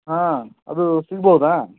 ಹಾಂ ಅದೂ ಸಿಗ್ಬೋದಾ